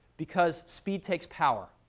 because speed takes power,